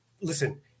listen